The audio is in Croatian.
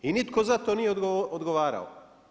I nitko za to nije odgovarao!